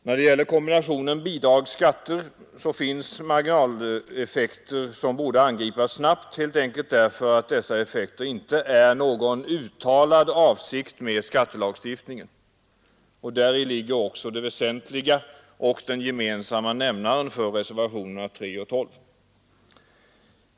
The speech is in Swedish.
När det gäller kombinationen bidrag och skatter finns marginaleffekter som borde angripas snabbt, helt enkelt därför att dessa effekter inte har någon uttalad avsikt i skattelagstiftningen. Däri ligger också det väsentliga och den gemensamma nämnaren för reservationerna 3 och 12.